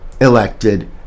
elected